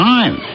Time